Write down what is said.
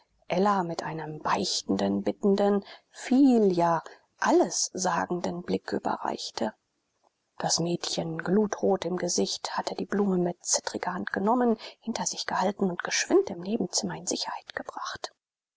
ella mit einem beichtenden bittenden viel ja allessagenden blick überreichte das mädchen glutrot im gesicht hatte die blume mit zittriger hand genommen hinter sich gehalten und geschwind im nebenzimmer in sicherheit gebracht